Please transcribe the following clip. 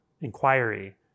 inquiry